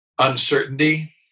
Uncertainty